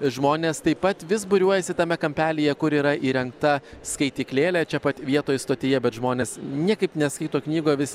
žmonės taip pat vis būriuojasi tame kampelyje kur yra įrengta skaityklėlė čia pat vietoj stotyje bet žmonės niekaip neskaito knygo vis